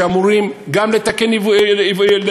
שאמורים גם לתקן עיוותים,